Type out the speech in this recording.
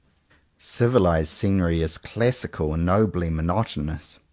civilized scenery is classical and nobly monotonous.